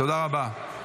תודה רבה.